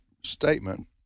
statement